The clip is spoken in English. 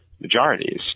majorities